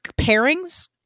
pairings